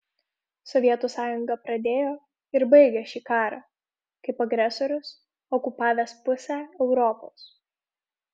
sovietų sąjunga pradėjo ir baigė šį karą kaip agresorius okupavęs pusę europos